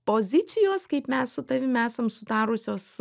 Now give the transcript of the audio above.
pozicijos kaip mes su tavim esam sutarusios